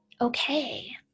okay